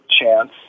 chance